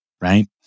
right